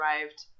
arrived